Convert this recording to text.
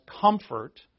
comfort